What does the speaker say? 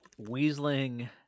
weaseling